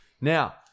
Now